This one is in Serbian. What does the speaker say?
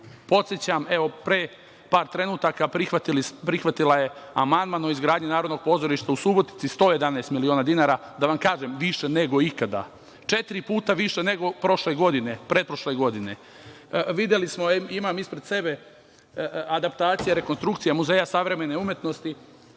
Podsećam, evo, pre par trenutaka prihvatila je amandman o izgradnji Narodnog pozorišta u Subotici – 111 miliona dinara. Da vam kažem, više nego ikada. Četiri puta više nego prošle godine, tj. pretprošle godine. Videli smo, imam ispred sebe, adaptacija, rekonstrukcija Muzeja savremene umetnosti